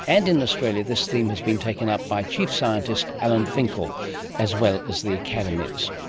and in australia this theme has been taken up by chief scientist alan finkel as well as the academies.